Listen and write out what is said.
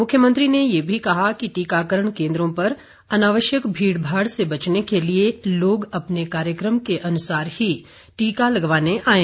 मुख्यमंत्री ने यह भी कहा कि टीकाकरण केंद्रों पर अनावश्यक भीड़भाड़ से बचने के लिए लोग अपने कार्यक्रम के अनुसार ही टीका लगवाने आएं